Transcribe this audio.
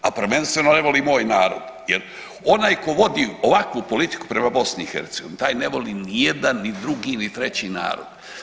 A prvenstveno ne voli moj narod jer onaj tko vodi ovakvu politiku prema BiH taj ne voli ni jedan, ni drugi, ni treći narod.